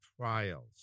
trials